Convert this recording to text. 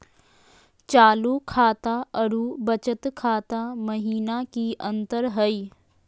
चालू खाता अरू बचत खाता महिना की अंतर हई?